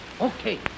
Okay